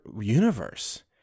universe